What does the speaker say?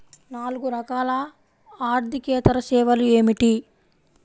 నాలుగు రకాల ఆర్థికేతర సేవలు ఏమిటీ?